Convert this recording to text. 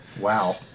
Wow